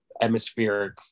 atmospheric